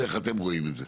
ואיך אתם רואים את זה.